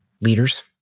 leaders